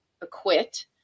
acquit